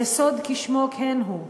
יסוד כשמו כן הוא,